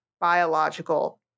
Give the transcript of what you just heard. biological